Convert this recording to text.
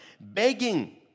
Begging